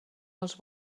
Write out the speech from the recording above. els